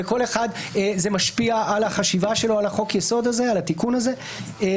וכל אחד זה משפיע על החשיבה שלו על התיקון הזה בחוק-יסוד,